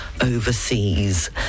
overseas